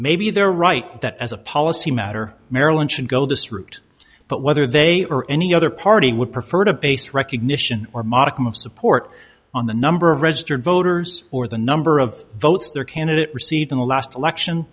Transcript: maybe they're right that as a policy matter maryland should go this route but whether they or any other party would prefer to base recognition or modicum of support on the number of registered voters or the number of votes their candidate received in the last election